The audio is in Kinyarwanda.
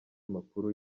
makuru